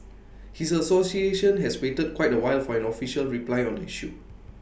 his association has waited quite A while for an official reply on the issue